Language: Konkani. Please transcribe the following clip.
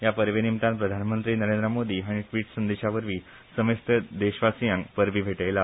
ह्या परबेनिमतान प्रधानमंत्री नरेंद्र मोदी हाणी ट्रिट संदेशावरवी समेस्त देशवासियांक परबी भेटयल्या